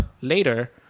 later